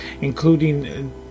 including